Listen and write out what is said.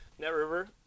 NetRiver